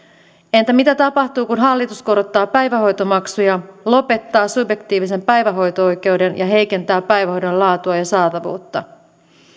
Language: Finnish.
entä mitä tapahtuu kun hallitus korottaa päivähoitomaksuja lopettaa subjektiivisen päivähoito oikeuden ja heikentää päivähoidon laatua ja saatavuutta